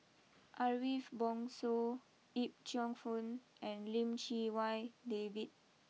Ariff Bongso Yip Cheong fun and Lim Chee Wai David